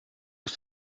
ist